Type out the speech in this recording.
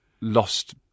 lost